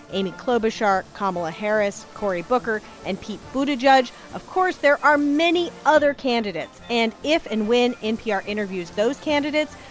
amy klobuchar, kamala harris, cory booker and pete buttigieg. of course, there are many other candidates. and if and when npr interviews those candidates,